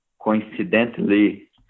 coincidentally